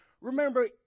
Remember